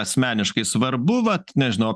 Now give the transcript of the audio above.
asmeniškai svarbu vat nežinau